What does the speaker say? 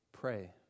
Pray